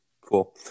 cool